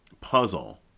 puzzle